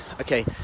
okay